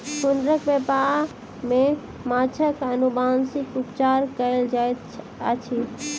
हुनकर व्यापार में माँछक अनुवांशिक उपचार कयल जाइत अछि